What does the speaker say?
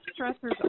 stressors